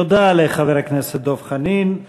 תודה לחבר הכנסת דב חנין.